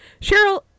Cheryl